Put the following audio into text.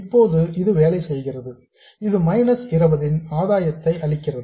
இப்போது இது வேலை செய்கிறது இது மைனஸ் 20 இன் ஆதாயத்தை அளிக்கிறது